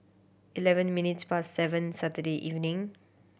eleven minutes past seven Saturday evening